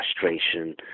frustration